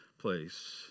place